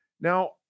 now